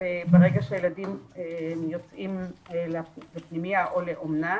וברגע שהילדים יוצאים לפנימייה או לאומנה